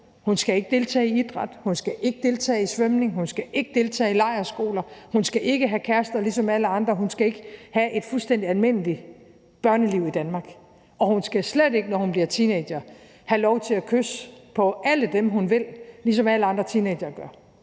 Hun skal ikke deltage i idræt; hun skal ikke deltage i svømning; hun skal ikke deltage i lejrskoler; hun skal ikke have kærester ligesom alle andre; hun skal ikke have et fuldstændig almindeligt børneliv i Danmark; og hun skal slet ikke, når hun bliver teenager, have lov til at kysse på alle dem, hun vil, ligesom alle andre teenagere gør.